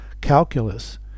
calculus